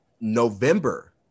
november